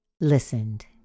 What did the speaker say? listened